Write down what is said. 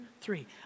three